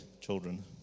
children